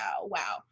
Wow